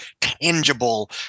tangible